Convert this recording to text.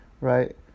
right